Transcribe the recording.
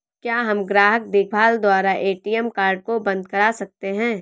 क्या हम ग्राहक देखभाल द्वारा ए.टी.एम कार्ड को बंद करा सकते हैं?